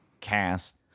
cast